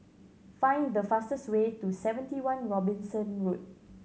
find the fastest way to Seventy One Robinson Road